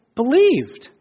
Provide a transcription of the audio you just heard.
believed